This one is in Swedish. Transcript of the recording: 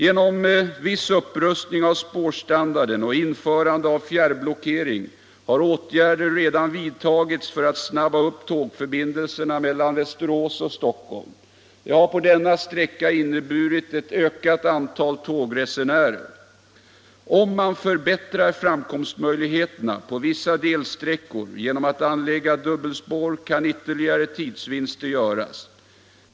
En viss upprustning av spårstandarden och införande av fjärrblockering är åtgärder som redan vidtagits för att göra tågförbindelserna mellan Västerås och Stockholm snabbare. Det har på denna sträcka inneburit ett ökat antal tågresenärer. Om man förbättrar framkomstmöjligheterna på vissa delsträckor genom att anlägga dubbelspår kan ytterligare tidsvinster göras.